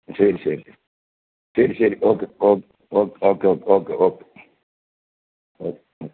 ശരി ശരി ശരി ശരി okay okay okay okay okay okay okay ആ